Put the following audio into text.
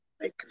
make